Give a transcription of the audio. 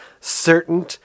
certain